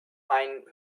ein